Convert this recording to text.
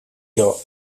job